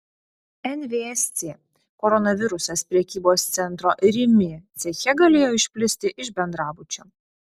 nvsc koronavirusas prekybos centro rimi ceche galėjo išplisti iš bendrabučio